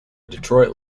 detroit